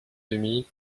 demi